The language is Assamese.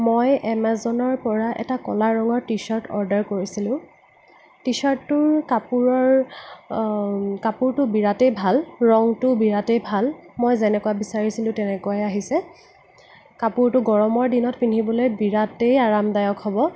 মই এমাজনৰ পৰা এটা ক'লা ৰঙৰ টি চাৰ্ট অৰ্ডাৰ কৰিছিলোঁ টি চাৰ্টটোৰ কাপোৰৰ কাপোৰটো বিৰাটেই ভাল ৰঙটো বিৰাটেই ভাল মই যেনেকুৱা বিচাৰিছিলোঁ তেনেকুৱাই আহিছে কাপোৰটো গৰমৰ দিনত পিন্ধিবলৈ বিৰাটেই আৰামদায়ক হ'ব